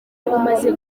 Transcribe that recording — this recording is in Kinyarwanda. umaze